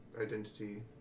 identity